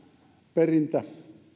perintä